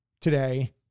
today